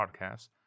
Podcasts